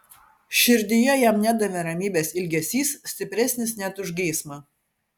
širdyje jam nedavė ramybės ilgesys stipresnis net už geismą